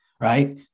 right